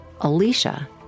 Alicia